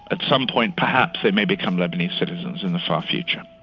at some point perhaps they may become lebanese citizens in the far future,